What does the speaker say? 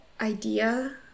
idea